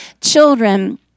children